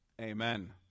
Amen